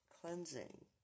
Cleansing